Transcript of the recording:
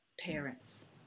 parents